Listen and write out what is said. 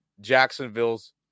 Jacksonville's